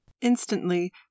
Instantly